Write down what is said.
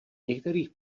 některých